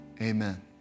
Amen